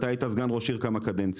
אתה היית סגן ראש עיר כמה קדנציות,